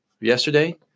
yesterday